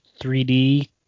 3D